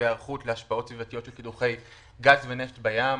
והיערכות להשפעות סביבתיות של קידוחי גז ונפט בים,